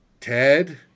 Ted